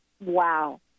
wow